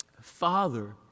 father